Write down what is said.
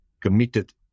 committed